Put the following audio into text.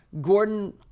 Gordon